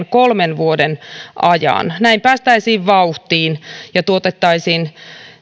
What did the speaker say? kolmen vuoden ajan näin päästäisiin vauhtiin ja tuotettaisiin